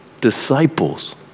disciples